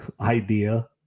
idea